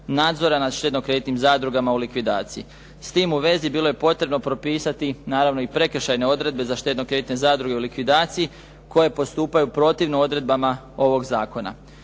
nadzora nad štedno-kreditnim zadrugama u likvidaciji. S time u vezi bilo je potrebno propisati naravno i prekršajne odredbe za štedno-kreditne zadruge u likvidaciji koje postupaju protivno odredbama ovoga zakona.